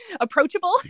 approachable